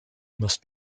must